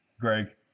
Greg